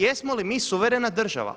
Jesmo li mi suverena država?